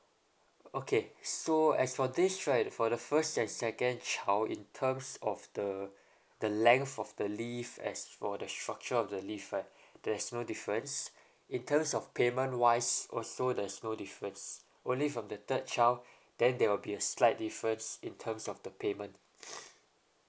okay so as for this right for the first and second child in terms of the the length of the leave as for the structure of the leave right there's no difference in terms of payment wise also there's no difference only from the third child then there will be a slight difference in terms of the payment